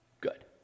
good